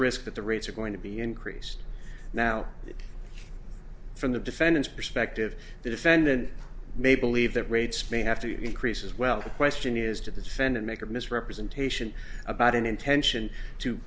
risk that the rates are going to be increased now from the defendant's perspective the defendant may believe that rates may have to increase as well question is did the defendant make a misrepresentation about an intention to